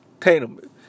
Tatum